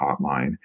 Hotline